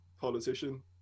politician